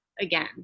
again